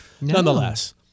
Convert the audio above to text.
Nonetheless